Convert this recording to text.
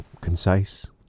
concise